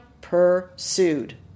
pursued